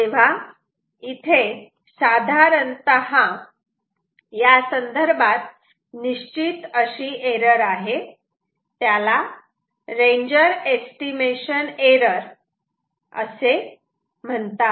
तेव्हा इथे साधारणतः यासंदर्भात निश्चित अशी एरर आहे त्याला रेंज एस्टिमेशन एरर असे म्हणतात